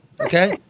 Okay